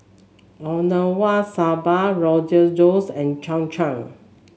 Okinawa Soba Rogan Josh and Cham Cham